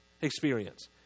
Experience